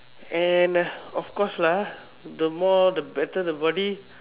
and of course lah the more the better the body